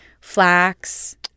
flax